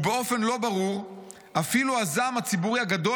ובאופן לא ברור אפילו הזעם הציבורי הגדול